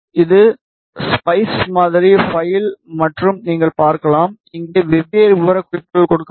இது ஸ்பைஸ் மாதிரி பைல் மற்றும் நீங்கள் பார்க்கலாம் இங்கே வெவ்வேறு விவரக்குறிப்புகள் குறிப்பிடப்பட்டுள்ளன